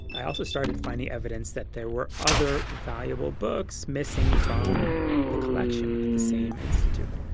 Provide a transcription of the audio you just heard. i also started finding evidence that there were other valuable books missing from the collection at the same institute.